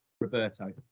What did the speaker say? Roberto